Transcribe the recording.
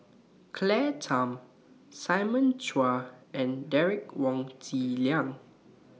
Claire Tham Simon Chua and Derek Wong Zi Liang